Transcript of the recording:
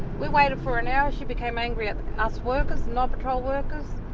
we waited for an hour, she became angry at us workers, night patrol workers,